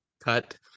cut